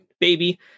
baby